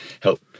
help